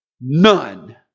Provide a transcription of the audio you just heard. None